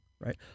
Right